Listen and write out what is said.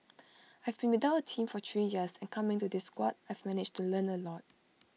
I've been without A team for three years and coming to this squad I've managed to learn A lot